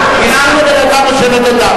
אסור לאדם לשנות את דעתו?